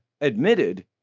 admitted